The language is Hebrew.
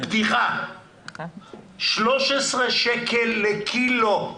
13 שקלים לקילו.